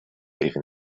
even